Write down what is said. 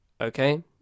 Okay